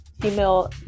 female